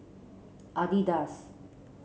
adidas